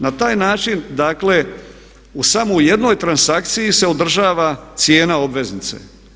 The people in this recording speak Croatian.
Na taj način dakle samo u jednoj transakciji se održava cijena obveznice.